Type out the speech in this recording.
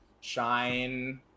Shine